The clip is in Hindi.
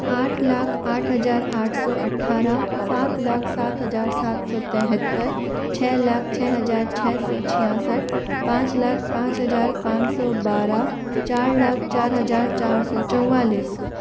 आठ लाख आठ हजार आठ सौ अठारह सात लाख सात हजार सात सौ तिहत्तर छः लाख छः हजार छः सौ छियासठ पाँच लाख पाँच हजार पाँच सौ बारह चार लाख चार हजार चार सौ चौवालीस